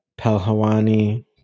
Palhwani